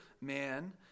man